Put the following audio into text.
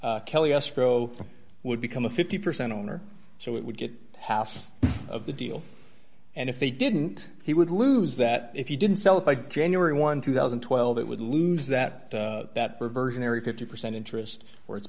e kelley escrow would become a fifty percent owner so it would get half of the deal and if they didn't he would lose that if you didn't sell it by january one two thousand and twelve it would lose that that reversionary fifty percent interest where it's